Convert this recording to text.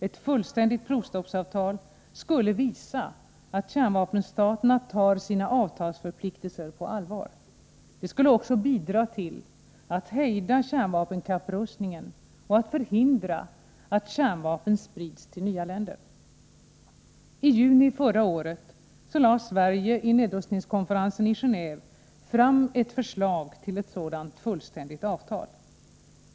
Ett fullständigt provstoppsav tal skulle visa att kärnvapenstaterna tar sina avtalsförpliktelser på allvar. Det skulle också bidra till att hejda kärnvapenkapprustningen och att förhindra att kärnvapen sprids till nya länder. I juni förra året lade Sverige i nedrustningskonferensen i Gen&ve fram ett förslag till ett sådant fullständigt avtal.